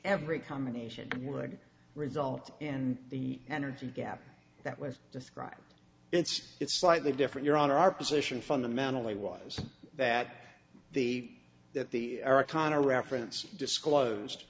every combination would result in the energy gap that was described it's it's slightly different your honor our position fundamentally was that the that the conner reference disclosed